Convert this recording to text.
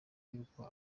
y’uko